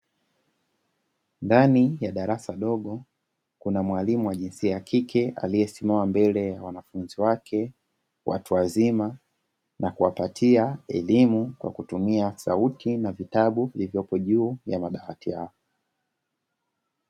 Ndani ya darasa dogo; kuna mwalimu wa jinsia ya kike aliyesimama mbele ya wanafunzi wake, watu wazima na kuwapatia elimu kwa kutumia sauti na vitabu vilivyopo juu ya madawati yao.